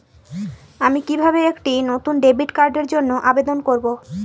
আমি কিভাবে একটি নতুন ডেবিট কার্ডের জন্য আবেদন করব?